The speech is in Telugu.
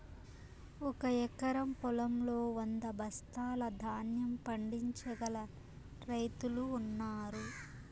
ఒక ఎకరం పొలంలో వంద బస్తాల ధాన్యం పండించగల రైతులు ఉన్నారు